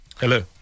Hello